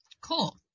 Cool